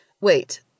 Wait